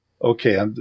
Okay